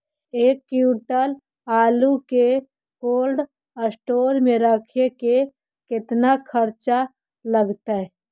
एक क्विंटल आलू के कोल्ड अस्टोर मे रखे मे केतना खरचा लगतइ?